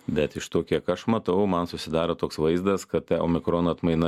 bet iš to kiek aš matau man susidaro toks vaizdas kad ta omikron atmaina